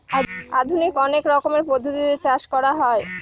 আধুনিক অনেক রকমের পদ্ধতি দিয়ে চাষ করা হয়